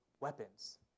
weapons